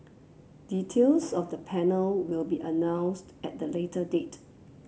details of the panel will be announced at the later date